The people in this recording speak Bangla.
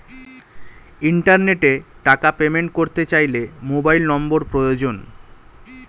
ইন্টারনেটে টাকা পেমেন্ট করতে চাইলে মোবাইল নম্বর প্রয়োজন